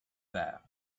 that